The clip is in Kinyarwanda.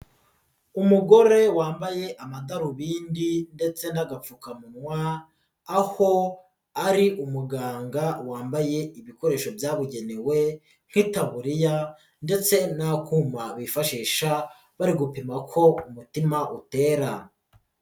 Umugore wambaye amadarubindi ndetse n'agapfukamunwa aho ari umuganga wambaye ibikoresho byabugenewe nk'itaburiya ndetse n'akuma bifashisha bari gupima ko umutima utera.